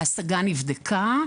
ההשגה נבדקה,